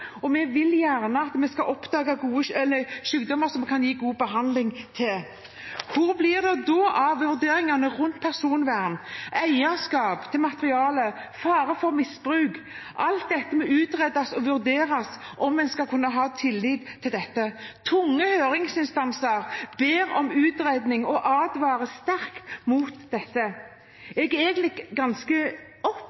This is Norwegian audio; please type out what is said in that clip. og gjerne vil at sykdommer som det kan gis god behandling for, skal oppdages. Hvor blir det da av vurderingene rundt personvern, eierskap til materialet, fare for misbruk? Alt dette må utredes og vurderes om en skal kunne ha tillit til dette. Tunge høringsinstanser ber om utredning og advarer sterkt mot dette.